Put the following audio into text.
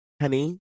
Honey